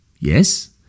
Yes